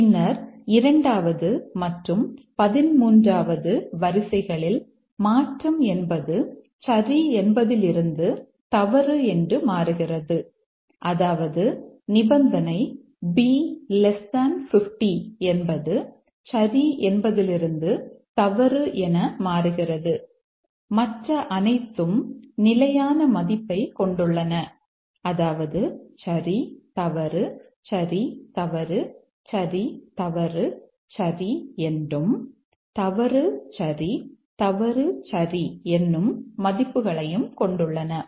பின்னர் இரண்டாவது மற்றும் பதின்மூன்றாவது வரிசைகளில் மாற்றம் என்பது சரி என்பதிலிருந்து தவறு என்று மாறுகிறது அதாவது நிபந்தனை b 50 என்பது சரி என்பதிலிருந்து தவறு என மாறுகிறது மற்ற அனைத்தும் நிலையான மதிப்பை கொண்டுள்ளன அதாவது சரி தவறு சரி தவறு சரி தவறு சரி என்றும் தவறு சரி தவறு சரி என்னும் மதிப்புகளையும் கொண்டுள்ளன